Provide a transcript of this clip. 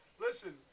listen